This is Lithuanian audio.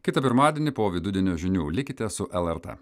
kitą pirmadienį po vidudienio žinių likite su lrt